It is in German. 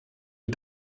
wie